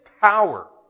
power